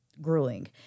grueling